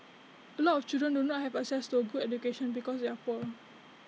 A lot of children do not have access to A good education because they are poor